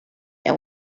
and